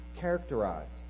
characterized